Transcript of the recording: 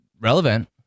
relevant